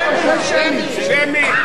זה שמי.